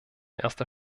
erster